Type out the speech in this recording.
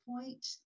point